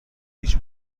هیچ